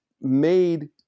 made